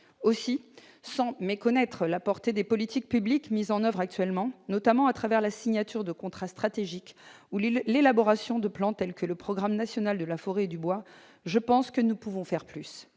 Aussi, sans méconnaître la portée des politiques publiques mises en oeuvre actuellement, notamment au travers de la signature de contrats stratégiques ou l'élaboration de plans tels que le Programme national de la forêt et du bois, je pense que nous pouvons faire plus.